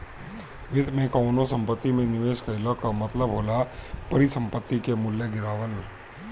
वित्त में कवनो संपत्ति में निवेश कईला कअ मतलब होला परिसंपत्ति के मूल्य गिरावल